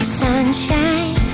sunshine